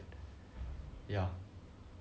ya